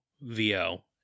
VO